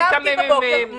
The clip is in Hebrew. קמתי בבוקר.